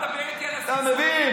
אתה מבין.